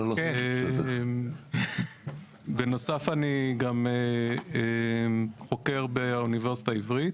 שרת, בנוסף אני גם חוקר באוניברסיטה העברית,